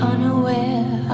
Unaware